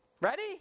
Ready